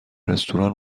رستوران